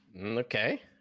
Okay